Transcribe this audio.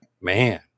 man